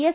S